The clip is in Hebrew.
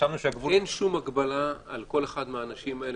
אין שום הגבלה על כל אחד מהאנשים האלה?